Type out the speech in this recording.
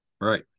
Right